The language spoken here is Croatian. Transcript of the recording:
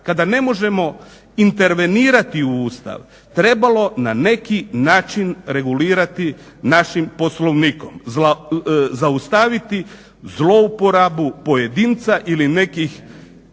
kada ne možemo intervenirati u Ustav trebalo na neki način regulirati našim Poslovnikom, zaustaviti zlouporabu pojedinca ili nekih